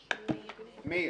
מאיר.